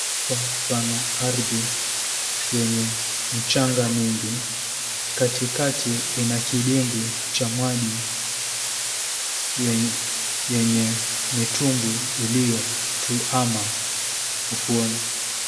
Pana ardhi yenye mchanga mingi. Katikati ina kidimbwi cha maji yenye mitumbwi ilioytuama ufuoni.